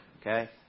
Okay